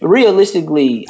Realistically